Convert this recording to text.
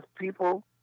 people